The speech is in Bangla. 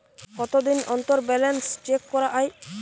কতদিন অন্তর ব্যালান্স চেক করা য়ায়?